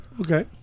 Okay